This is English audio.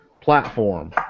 platform